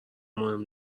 مهم